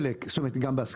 לחלק, זאת אומרת, גם בהסכמה,